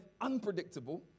unpredictable